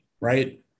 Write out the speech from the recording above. right